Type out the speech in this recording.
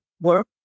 work